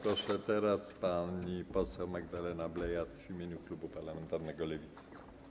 Proszę, teraz pani poseł Magdalena Biejat w imieniu klubu parlamentarnego Lewicy.